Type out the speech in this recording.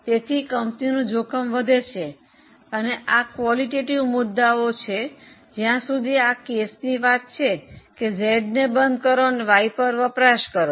તેથી કંપનીનું જોખમ વધે છે આ ગુણાત્મક મુદ્દાઓ છે જ્યાં સુધી આ કેસની વાત છે કે Z ને બંધ કરો અને Y પર વપરાશ કરો